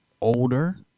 older